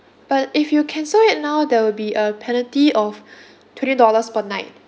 but if you cancel it now there will be a penalty of twenty dollars per night